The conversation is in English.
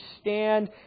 stand